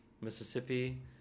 mississippi